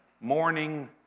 morning